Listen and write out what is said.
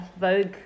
Vogue